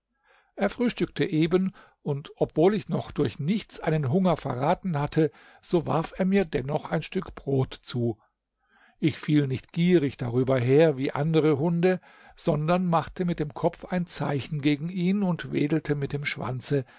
er frühstückte eben und obwohl ich noch durch nichts einen hunger verraten hatte so warf er mir dennoch ein stück brot zu ich fiel nicht gierig darüber her wie andere hunde sondern machte mit dem kopf ein zeichen gegen ihn und wedelte mit dem schwanze